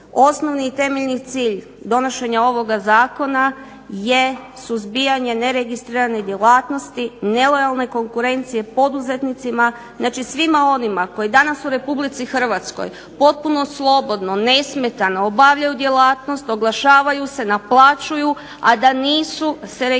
osnovni i temeljni cilj donošenja ovoga zakona je suzbijanje neregistrirane djelatnosti, nelojalne konkurencije poduzetnicima, znači svima onima koji danas u Republici Hrvatskoj potpuno slobodno, nesmetano obavljaju djelatnost, oglašavaju se, naplaćuju, a da nisu se registrirali